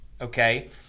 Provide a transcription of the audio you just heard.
okay